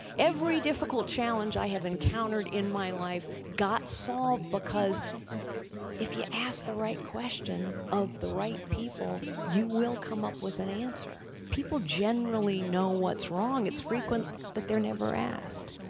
every difficult challenge i have encountered in my life got solved because if you ask the question of the right people you will come up with an answer. people generally know what's wrong it's frequent that they're never asked.